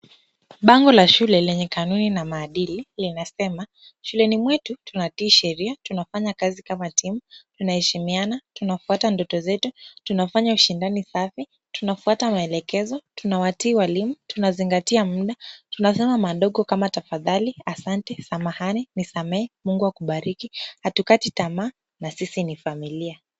Bango la shule lenye kanunu na maadili linasema, Shuleni mwetu tunatii sheria, tunafanya kazi kama timu, tunaheshimiana tunafuata ndoto zetu tunafanya ushindani safi, tunafuata maelekezo tunatii walimu, tunazingatia muda ,tunasema maneno madogo kama tafadhali, asante, samahani, nisamehe, Mungu akubariki hatukati tamaa na sisi ni familia.